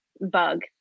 bug